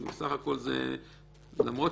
כי בסך הכול, למרות